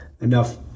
enough